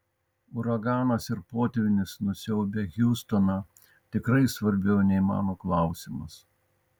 uraganas ir potvynis nusiaubę hjustoną tikrai svarbiau nei mano klausimas